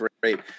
great